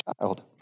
child